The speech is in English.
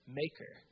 maker